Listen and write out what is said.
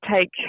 take